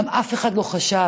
גם אף אחד לא חשב